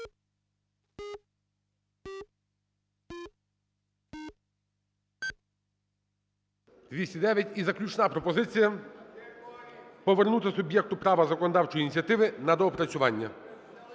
За-209 І заключна пропозиція: повернути суб'єкту права законодавчої ініціативи на доопрацювання.